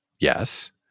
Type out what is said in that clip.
Yes